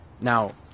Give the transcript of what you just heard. Now